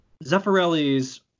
Zeffirelli's